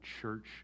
church